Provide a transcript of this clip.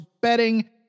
betting